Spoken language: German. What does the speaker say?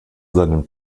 seinem